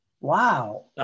Wow